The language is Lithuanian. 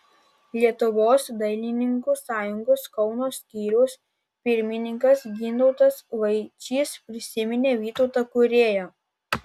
lietuvos dailininkų sąjungos kauno skyriaus pirmininkas gintautas vaičys prisiminė vytautą kūrėją